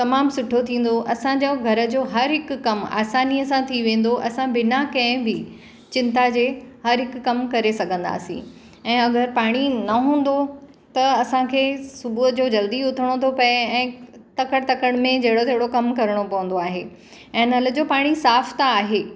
तमामु सुठो थींदो असांजो घर जो हर हिकु कमु आसानीअ सां थी वेंदो असां बिना कंहिं बि चिंता जे हर हिकु कमु करे सघंदासीं ऐं अगरि पाणी न हूंदो त असांखे सुबुह जो जल्दी उथिणो थो पए ऐं तकड़ि तकड़ि में जहिड़ो तहिड़ो कमु करिणो पवंदो आहे ऐं नल जो पाणी साफ़ु त आहे